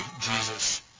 Jesus